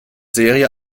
serie